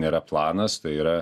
nėra planas tai yra